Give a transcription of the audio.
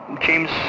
James